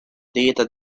data